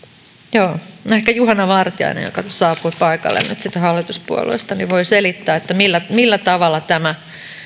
joo ehkä juhana vartiainen joka saapui paikalle nyt sitten hallituspuolueesta voi selittää millä millä tavalla tämä